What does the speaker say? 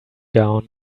gown